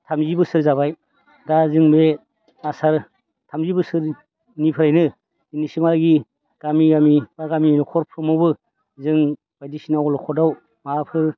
थामजि बोसोर जाबाय दा जों बे आसार थामजि बोसोरनिफ्रायनो दिनैसिमहालागि गामि गामि बा गामि न'खरफ्रोमावबो जों बायदिसिना अलखदआव माबाफोर